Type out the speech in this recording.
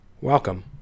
Welcome